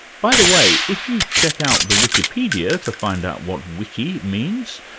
by the way, if you check out the wikipedia to find out what wiki means,